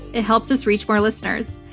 it helps us reach more listeners.